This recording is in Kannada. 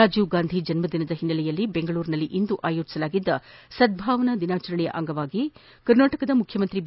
ರಾಜೀವ್ಗಾಂಧಿ ಜನ್ನದಿನದ ಹಿನ್ನೆಲೆಯಲ್ಲಿ ಬೆಂಗಳೂರಿನಲ್ಲಿಂದು ಆಯೋಜಿಸಲಾದ ಸದ್ಗಾವನಾ ದಿನಾಚರಣೆಯ ಅಂಗವಾಗಿ ಮುಖ್ಯಮಂತ್ರಿ ಬಿ